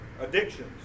Addictions